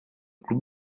club